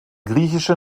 griechische